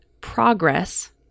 progress